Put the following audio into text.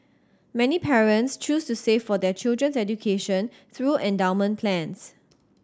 many parents choose to save for their children's education through endowment plans